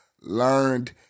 learned